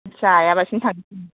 जायाबासिनो थांनोसै